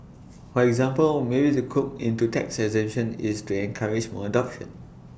for example maybe they cook into tax exemption is to encourage more adoption